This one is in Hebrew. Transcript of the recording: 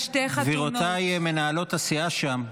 --- גבירותיי, מנהלות הסיעה שם.